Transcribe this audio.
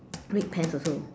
red pants also